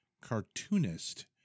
cartoonist